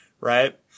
right